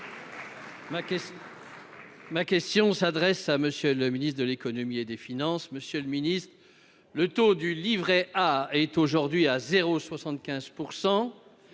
Ma question s'adresse à M. le ministre de l'économie et des finances. Monsieur le ministre, le taux du livret A est aujourd'hui à 0,75